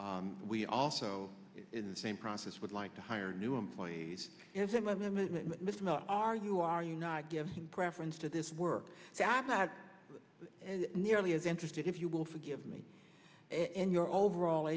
projects we also in the same process would like to hire new employees is in my limited are you are you not giving preference to this work that's not nearly as interested if you will forgive me and your overall